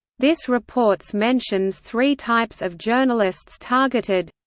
this reports mentions three types of journalists targeted